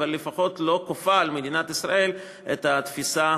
אבל לפחות לא כופה על מדינת ישראל את התפיסה